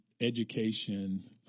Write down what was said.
education